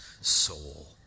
soul